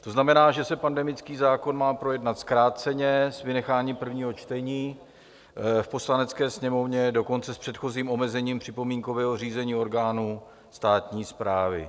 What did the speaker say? To znamená, že se pandemický zákon má projednat zkráceně s vynecháním prvního čtení v Poslanecké sněmovně, dokonce s předchozím omezením připomínkového řízení orgánů státní správy.